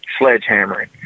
sledgehammering